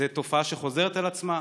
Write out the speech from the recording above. זו תופעה שחוזרת על עצמה.